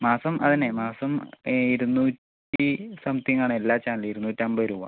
മാസം അതെന്നെ മാസം ഇരുന്നൂറ്റി സംതിംങ് ആണ് എല്ലാ ചാനലും ഇരുന്നൂറ്റമ്പത് രൂപ